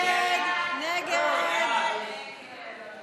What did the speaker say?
סעיפים 67